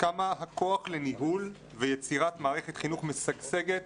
כמה הכוח לניהול ויצירת מערכת חינוך משגשגת,